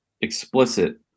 explicit